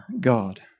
God